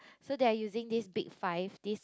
so they're using these big five these